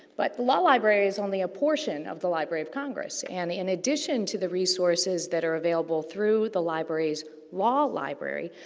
but, the law library's only a portion of the library of congress. and in addition to the resources that are available through the library's law library,